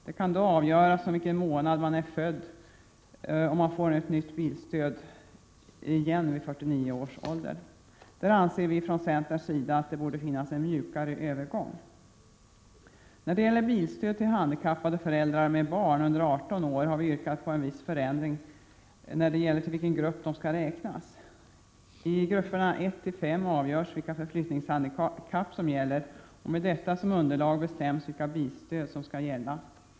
Det kan då avgöras på grundval av vilken månad man är född om man får bilstöd på nytt vid 49 års ålder. Vi anser från centerns sida att det borde finnas en mjukare övergång. När det gäller bilstöd till handikappade föräldrar med barn under 18 år har vi yrkat på en viss förändring beträffande till vilken grupp de skall räknas. I grupperna 1—5 avgörs vilka förflyttningshandikapp som gäller. Med detta som underlag bestäms vilka bilstöd som skall gälla.